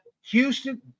Houston